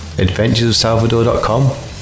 Adventuresofsalvador.com